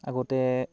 আগতে